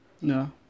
No